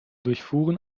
durchfuhren